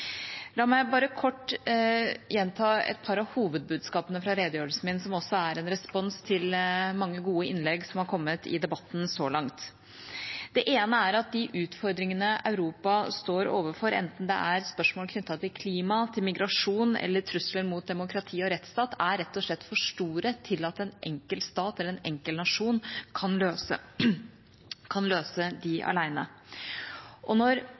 La meg bare kort gjenta et par av hovedbudskapene fra redegjørelsen min, som også er en respons til mange gode innlegg som har kommet i debatten så langt. Det ene er at de utfordringene Europa står overfor, enten det er spørsmål knyttet til klima, migrasjon eller trusler mot demokrati og rettsstat, rett og slett er for store til at en enkelt stat, en enkelt nasjon, kan løse dem alene. Når